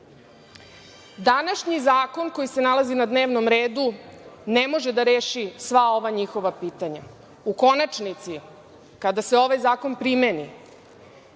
zakon koji se nalazi na dnevnom redu ne može da reši sva ova njihova pitanja. U konačnici, kada se ovaj zakon primeni,